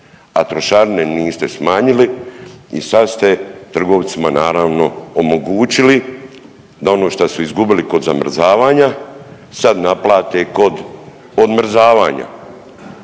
a trošarine niste smanjili i sad ste trgovcima naravno omogućili da ono šta su izgubili kod zamrzavanja sad naplate kod odmrzavanja